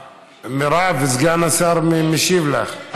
מירב, סגן השר משיב לך.